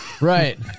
Right